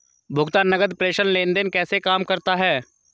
भुगतान नकद प्रेषण लेनदेन कैसे काम करता है?